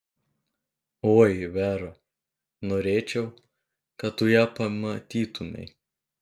oi vera norėčiau kad tu ją pamatytumei